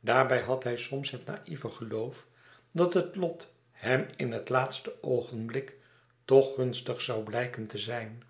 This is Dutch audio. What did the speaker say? daarbij had hij soms het naïeve geloof dat het lot hem in het laatste oogenblik toch gunstig zou blijken te zijn